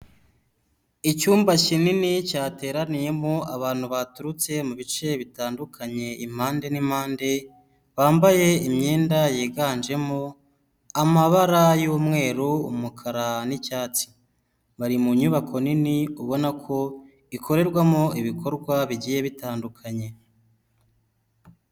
Icyumba kinini cyateraniyemo abantu baturutse mu bice bitandukanye impande n'impande bambaye imyenda yiganjemo amabara y'umweru, umukara n'icyatsi . Bari mu nyubako nini ubona ko ikorerwamo ibikorwa bigiye bitandukanye.